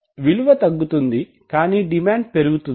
విలువ తగ్గుతుంది కానీ డిమాండ్ పెరుగుతుంది